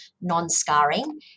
non-scarring